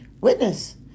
Witness